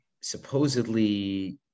supposedly